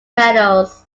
meadows